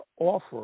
offer